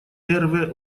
эрве